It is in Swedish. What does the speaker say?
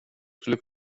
skulle